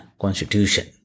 constitution